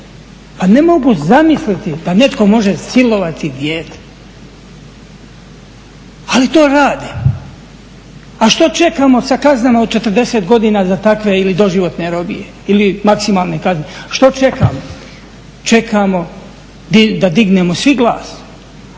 Pa ne mogu zamisliti da netko može silovati dijete, ali to rade. A što čekamo sa kaznama od 40 godina za takve ili doživotne robije ili maksimalne kazne. Što čekamo? Čekamo da dignemo svi glas,